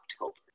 October